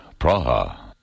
Praha